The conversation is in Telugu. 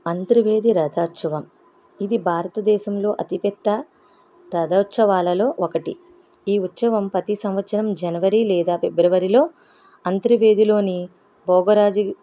అంతర్వేది రథోత్సవం ఇది భారతదేశంలో అతిపెద్ద రథోత్సవాలలో ఒకటి ఈ ఉత్సవం ప్రతి సంవత్సరం జనవరి లేదా ఫిబ్రవరిలో అంతర్వేదిలో భోగరాజు